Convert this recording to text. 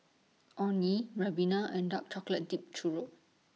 Orh Nee Ribena and Dark Chocolate Dipped Churro